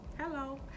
Hello